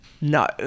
No